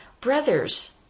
Brothers